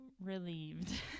relieved